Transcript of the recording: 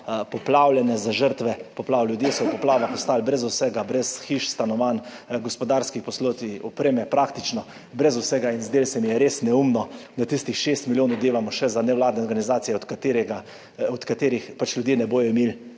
poplavljene, za žrtve poplav. Ljudje so v poplavah ostali brez vsega, brez hiš, stanovanj, gospodarskih poslopij, opreme, praktično brez vsega. In zdelo se mi je res neumno, da tistih 6 milijonov delamo še za nevladne organizacije, od katerih pač ljudje ne bodo imeli